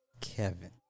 Kevin